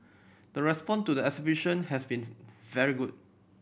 the response to the exhibition has been very good